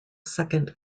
second